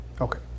Okay